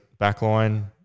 backline